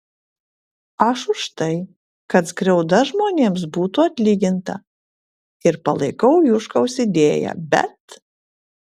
aš už tai kad skriauda žmonėms būtų atlyginta ir palaikau juškaus idėją bet